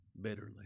bitterly